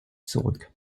zurück